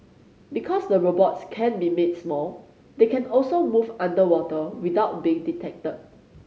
because the robots can be made small they can also move underwater without being detected